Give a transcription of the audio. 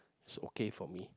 it's okay for me